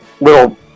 little